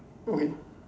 okay